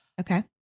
Okay